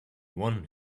one